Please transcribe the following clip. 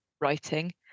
writing